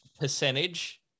percentage